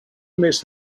miss